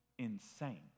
insane